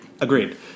Agreed